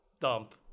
Dump